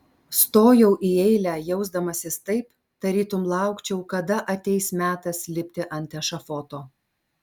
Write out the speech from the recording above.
stojau į eilę jausdamasis taip tarytum laukčiau kada ateis metas lipti ant ešafoto